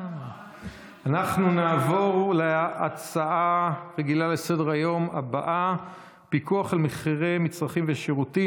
אנחנו נעבור להצעה לסדר-היום בנושא: פיקוח על מחירי מצרכים ושירותים,